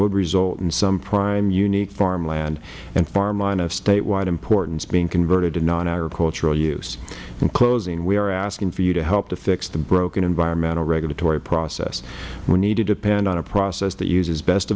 would result in some prime unique farmland and farmland of statewide importance being converted to nonagricultural use in closing we are asking for you to help to fix the broken environmental regulatory process we need to depend on a process that uses best